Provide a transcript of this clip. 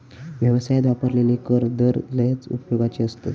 व्यवसायात वापरलेले कर दर लयच उपयोगाचे आसत